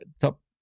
top